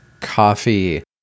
coffee